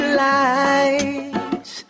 lights